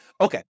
Okay